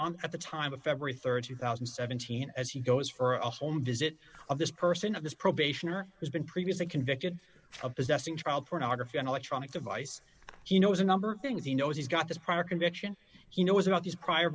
on at the time of february rd two thousand and seventeen as he goes for a home visit of this person of his probation or has been previously convicted of possessing child pornography an electronic device you know has a number of things he knows he's got this prior conviction he knows about these prior